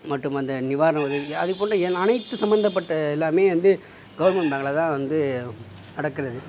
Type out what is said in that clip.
மற்றும் அந்த நிவாரண உதவி அதுபோன்ற ஏன் அனைத்து சம்மந்தப்பட்ட எல்லாம் வந்து கவுர்மெண்ட் பேங்க்கில் தான் வந்து நடக்கிறது